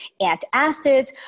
antacids